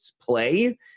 play